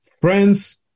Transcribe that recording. Friends